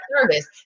service